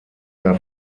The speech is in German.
mehr